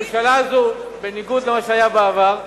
הממשלה הזאת, בניגוד למה שהיה בעבר,